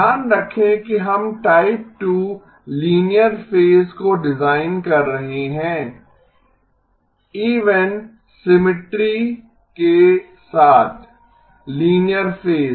ध्यान रखें कि हम टाइप 2 लीनियर फेज को डिज़ाइन कर रहे हैं इवन सिमिट्री के साथ लीनियर फेज